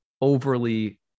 overly